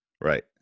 Right